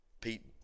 Pete